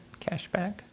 cashback